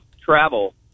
travel